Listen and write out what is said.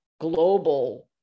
global